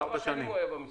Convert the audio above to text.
כמה שנים הוא היה במשרד?